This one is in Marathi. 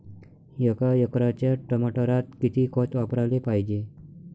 एका एकराच्या टमाटरात किती खत वापराले पायजे?